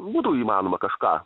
būtų įmanoma kažką